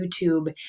YouTube